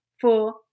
four